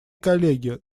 коллеги